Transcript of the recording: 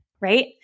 Right